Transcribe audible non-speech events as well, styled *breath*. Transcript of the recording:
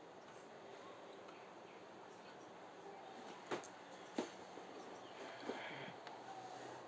*breath*